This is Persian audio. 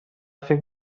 فکر